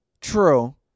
True